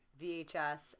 VHS